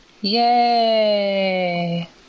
Yay